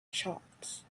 charts